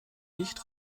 nicht